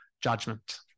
judgment